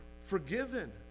forgiven